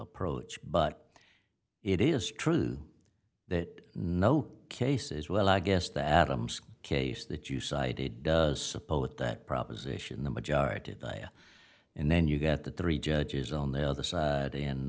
approach but it is true that no case is well i guess the adams case that you cited does support that proposition the majority of the area and then you got the three judges on the other side in